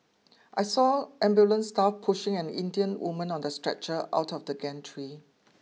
I saw ambulance staff pushing an Indian woman on the stretcher out of the gantry